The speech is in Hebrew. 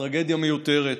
טרגדיה מיותרת.